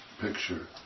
picture